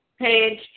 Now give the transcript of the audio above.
page